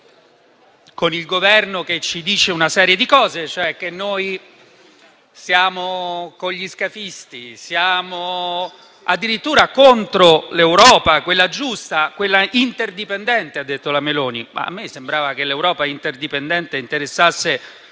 con il Governo che ci dice una serie di cose: che noi siamo con gli scafisti, che siamo addirittura contro l'Europa, quella giusta, quella interdipendente. Così ha detto il presidente Meloni. Ma a me sembrava che l'Europa interdipendente interessasse